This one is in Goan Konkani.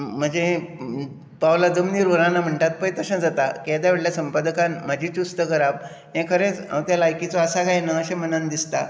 म्हजे पावलां जमनीर उरनां म्हणटात पळय तशें जाता की येदो व्हडल्या संपादकान म्हाजी तुस्त करप हांव खरेंच त्या लायकीचो आसा काय ना अशें मनांत दिसतां